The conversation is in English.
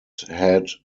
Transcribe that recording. had